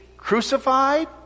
Crucified